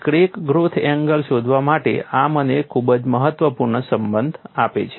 crack growth angle શોધવા માટે આ મને ખૂબ જ મહત્વપૂર્ણ સંબંધ આપે છે